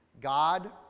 God